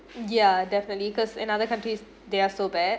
yeah definitely cause in other countries they're so bad